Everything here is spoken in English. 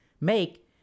make